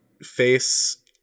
face